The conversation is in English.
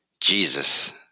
Jesus